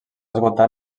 esgotar